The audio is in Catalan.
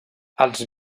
els